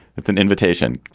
it's an invitation.